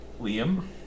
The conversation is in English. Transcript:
Liam